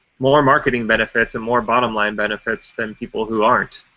more marketing benefits and more bottom line benefits than people who aren't.